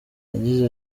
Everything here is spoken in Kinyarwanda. yagize